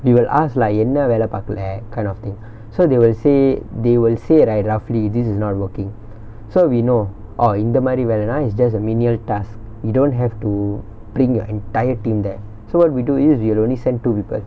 we will ask lah என்ன வேல பாக்கல:enna vela paakala kind of thing so they will say they will say right roughly this is not working so we know orh இந்தமாரி வேலலா:inthamaari velalaa it's just a menial task you don't have to bring your entire team there so what we do is we will only send two people